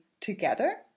together